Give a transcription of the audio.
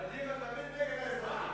קדימה תמיד נגד האזרחים.